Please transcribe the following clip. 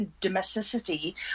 domesticity